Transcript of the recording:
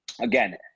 Again